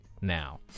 now